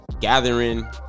gathering